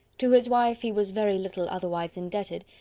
to his wife he was very little otherwise indebted,